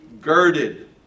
girded